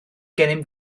gennym